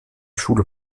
schule